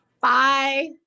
bye